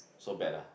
so bad ah